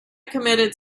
committed